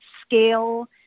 scale